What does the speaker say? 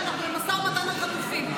כשאנחנו במשא ומתן על חטופים,